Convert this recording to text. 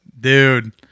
Dude